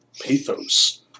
pathos